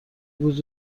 بود